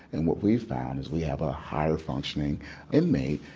and what we've found is we have a higher-functioning inmate,